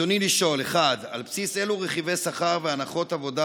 ברצוני לשאול: 1. על בסיס אילו רכיבי שכר והנחות עבודה